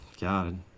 god